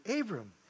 Abram